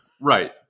Right